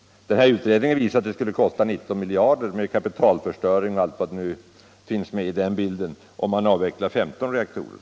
Utredningen visar att det skulle kosta 19 miljarder kronor med kapitalförstöring och allt vad som nu finns med i den bilden att avveckla S reaktorer.